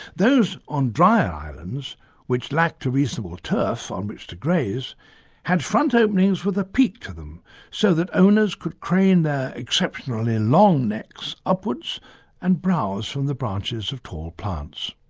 those on dry islands which lacked a reasonable turf on which to graze had front openings with a peak to them so that owners could crane their exceptionally long necks upwards and browse from the branches of tall plants.